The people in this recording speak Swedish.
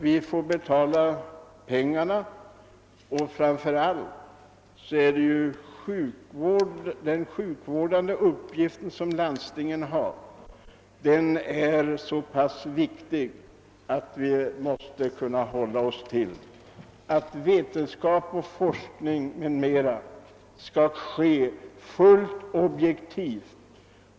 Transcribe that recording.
Vi får betala, och den sjukvårdande uppgift som landstingen har är så viktig att vi måste kunna utgå från att vetenskap och forskning bedrivs fullt objektivt.